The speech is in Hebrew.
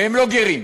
והם לא גרים,